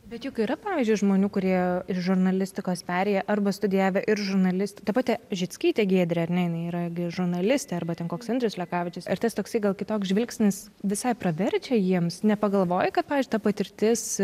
bet juk yra pavyzdžiui žmonių kurie ir žurnalistikos perėję arba studijavę ir žurnalistai ta pati žickytė giedrė ar ne jinai yra gi žurnalistė arba tik koks andrius lekavičius ir tas toksai gal kitoks žvilgsnis visai praverčia jiems nepagalvoji kad pavyzdžiui ta patirtis